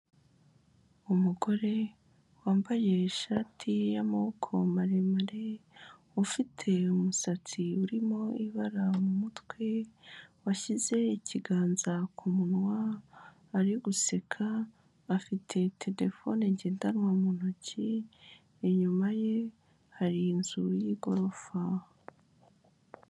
Umugore wambaye ishati y'amaboko maremare ufite umusatsi urimo ibara mu mutwe washyize ikiganza ku munwa ari guseka afite terefone ngendanwa mu ntoki. Inyuma ye hari inzu y'igorofa.